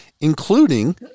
including